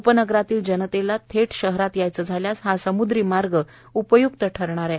उपनगरातल्या जनतेला थेट शहरात यायचे झाल्यास हा सम्द्री मार्ग उपय्क्त ठरणार आहे